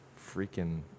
freaking